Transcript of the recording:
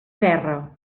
guerra